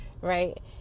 right